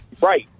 right